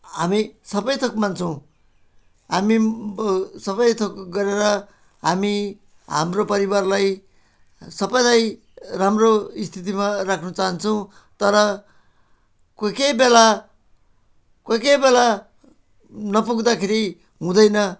हामी सबैथोक मान्छौँ हामी सबै थोक गरेर हामी हाम्रो परिवारलाई सबैलाई राम्रो स्थितिमा राख्नु चाहन्छौँ तर कोही कोही बेला कोही कोही बेला नपुग्दाखेरि हुँदैन